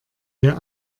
wir